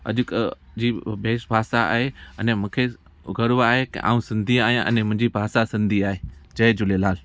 अॼु जी भेश भाषा आहे अने मूंखे गर्व आहे के मां सिंधी आहिंयां अने मुंहिंजी भाषा सिंधी आहे जय झूलेलाल